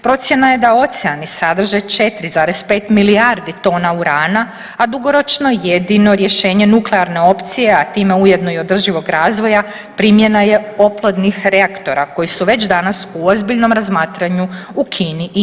Procjena je da oceani sadrže 4,5 milijardi tona urana, a dugoročno jedino rješenje nuklearne opcije a time ujedno i održivog razvoja primjena je oplodnih reaktora koji su već danas u ozbiljnom razmatranju u Kini i Indiji.